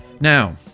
Now